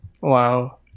wow